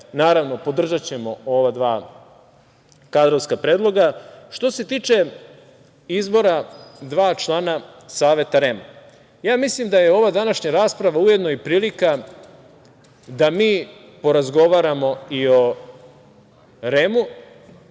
naravno, podržaćemo ova dva kadrovska predloga. Što se tiče izbora dva člana Saveta REM-a, ja mislim da je ova današnja rasprava ujedno i prilika da mi porazgovaramo i o REM-u,